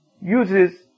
uses